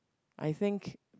I think